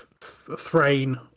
Thrain